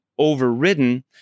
Overridden